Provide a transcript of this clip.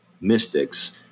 mystics